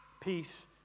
Peace